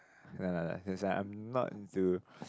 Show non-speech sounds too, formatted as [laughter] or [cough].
that's why I'm not into [breath]